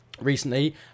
recently